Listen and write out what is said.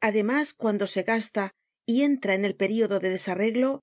además cuando se gasta y entra en el período de desarreglo